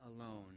alone